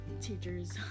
teachers